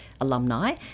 alumni